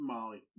Molly